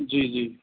जी जी